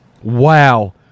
Wow